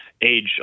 age